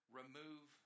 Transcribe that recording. remove